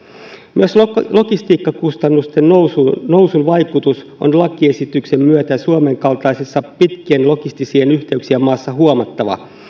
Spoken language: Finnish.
myös logistiikkakustannusten nousun nousun vaikutus on lakiesityksen myötä suomen kaltaisessa pitkien logististen yhteyksien maassa huomattava